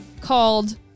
called